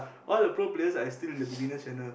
all the pro players are still in the beginner channel